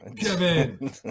Kevin